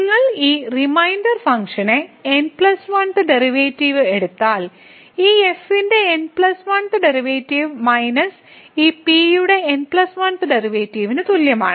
നിങ്ങൾ ഈ റിമൈൻഡർ ഫങ്ക്ഷന്റെ n 1th ഡെറിവേറ്റീവും എടുത്താൽ ഈ f ന്റെ n 1 th ഡെറിവേറ്റീവ് മൈനസ് ഈ p യുടെ n 1th ഡെറിവേറ്റീവിന് തുല്യമാണ്